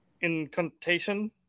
Incantation